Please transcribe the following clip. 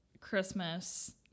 christmas